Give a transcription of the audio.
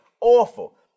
Awful